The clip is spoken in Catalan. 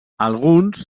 alguns